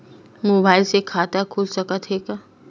Mobile से खाता खुल सकथे का?